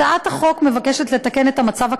הצעת החוק מבקשת לתקן את המצב הקיים,